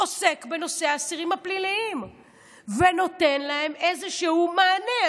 עוסק בנושא האסירים הפליליים ונותן להם איזשהו מענה.